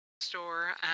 store